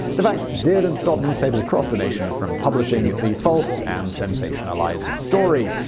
the facts didn't stop newspapers across the nation from publishing the false, and sensationalized story.